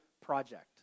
project